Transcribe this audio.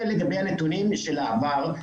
זה לגבי הנתונים של העבר,